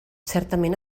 certament